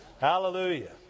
Hallelujah